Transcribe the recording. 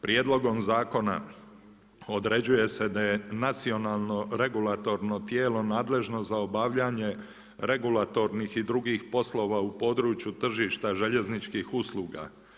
Prijedlogom zakona određuje se da je nacionalno regulatorno tijelo nadležno za obavljanje regulatornih i drugih poslova u području tržišta željezničkih usluga.